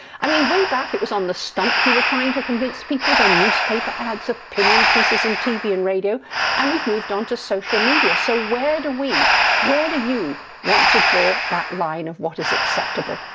i mean, way back it was on the stump you were trying to convince people, then newspaper ads, opinion pieces on and tv and radio and we've moved on to social media. so where do we where do you want to draw that line of what is acceptable?